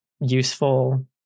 useful